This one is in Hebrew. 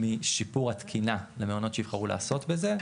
משיפור התקינה למעונות שיבחרו לעסוק בזה,